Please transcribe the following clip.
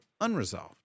unresolved